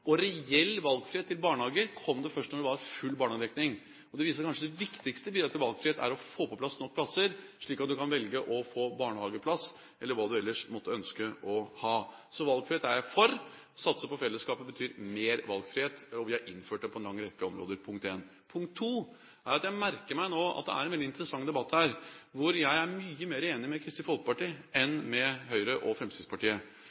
Reell valgfrihet med hensyn til barnehager kom først da det var full barnehagedekning. Det viser kanskje at det viktigste bidrag til valgfrihet er å få på plass nok plasser, slik at du kan velge å få barnehageplass eller hva du ellers måtte ønske å ha. Så valgfrihet er jeg for. Å satse på fellesskapet betyr mer valgfrihet, og vi har innført det på en lang rekke områder – dette er punkt 1. Punkt 2 er at jeg merker meg nå at det er en veldig interessant debatt her, hvor jeg er mye mer enig med Kristelig Folkeparti